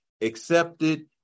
accepted